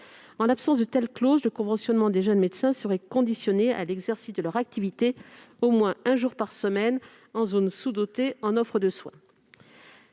En l'absence de telles clauses, le conventionnement des jeunes médecins serait conditionné à l'exercice de leur activité au moins un jour par semaine dans une zone sous-dotée en offre de soins.